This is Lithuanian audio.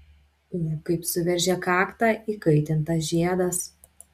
ū kaip suveržė kaktą įkaitintas žiedas